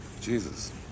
Jesus